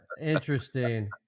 interesting